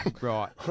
Right